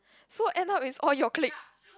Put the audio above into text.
so end up is all your clique